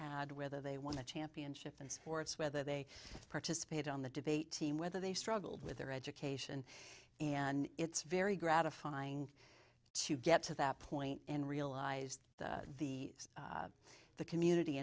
had whether they won the championship in sports whether they participated on the debate team whether they struggled with their education and it's very gratifying to get to that point and realized that the the community